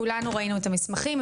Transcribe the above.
כולנו ראינו את המסמכים.